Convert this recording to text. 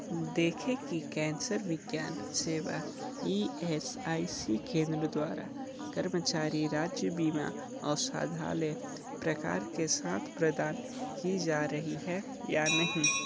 देखें कि कैंसर विज्ञान सेवा ई एस आई सी केंद्र द्वारा कर्मचारी राज्य बीमा औषधालय प्रकार के साथ प्रदान की जा रही है या नहीं